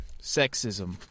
sexism